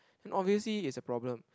obviously it's a problem